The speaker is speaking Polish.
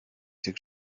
tych